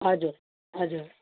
हजुर हजुर